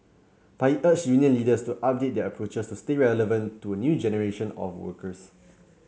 but he urged union leaders to update their approaches to stay relevant to a new generation of workers